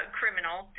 criminal